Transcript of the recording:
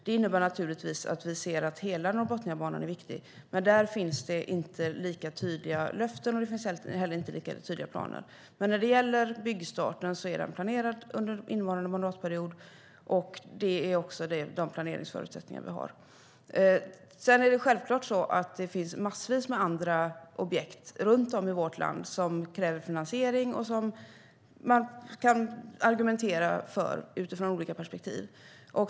Det innebär naturligtvis att vi ser att hela Norrbotniabanan är viktig, men där finns inte lika tydliga löften och inte heller lika tydliga planer. Men när det gäller byggstarten är den planerad under innevarande mandatperiod, och det är de planeringsförutsättningar vi har. Det finns självklart massvis med andra objekt runt om i vårt land som kräver finansiering och som man kan argumentera för utifrån olika perspektiv.